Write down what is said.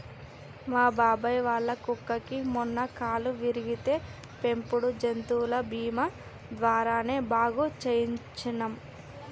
మా బాబాయ్ వాళ్ళ కుక్కకి మొన్న కాలు విరిగితే పెంపుడు జంతువుల బీమా ద్వారానే బాగు చేయించనం